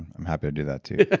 i'm happy to do that too